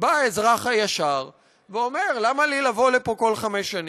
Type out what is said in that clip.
בא האזרח הישר ואומר: למה לי לבוא לפה כל חמש שנים?